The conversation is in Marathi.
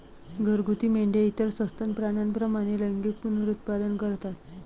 घरगुती मेंढ्या इतर सस्तन प्राण्यांप्रमाणे लैंगिक पुनरुत्पादन करतात